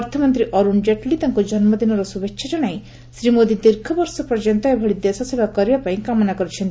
ଅର୍ଥମନ୍ତ୍ରୀ ଅରୁଣ ଜେଟ୍ଲୀ ତାଙ୍କୁ ଜନ୍ମଦିନର ଶୁଭେଛା ଜଣାଇ ଶ୍ରୀ ମୋଦି ଦୀର୍ଘ ବର୍ଷ ପର୍ଯ୍ୟନ୍ତ ଏଭଳି ଦେଶସେବା କରିବାପାଇଁ କାମନା କରିଛନ୍ତି